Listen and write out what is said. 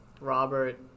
Robert